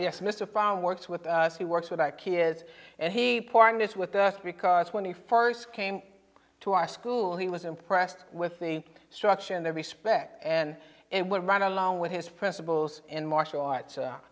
yes mr found works with us he works with our kids and he partners with that because when he first came to our school he was impressed with the structure and the respect and and went right along with his principals in martial arts